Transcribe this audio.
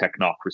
technocracy